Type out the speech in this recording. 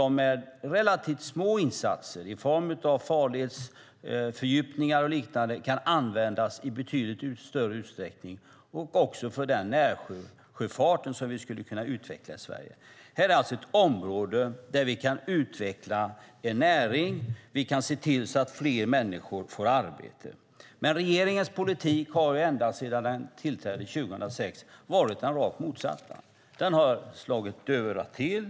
Med relativt små insatser - i form av farledsfördjupningar och liknande - kan sjöfarten användas i betydligt större utsträckning. Det gäller också närsjöfarten som vi skulle kunna utveckla i Sverige. Här finns alltså ett område där vi kan utveckla en näring och se till att fler människor får arbete. Men regeringens politik har ända sedan 2006 då regeringen tillträdde varit det rakt motsatta. Regeringen har slagit dövörat till.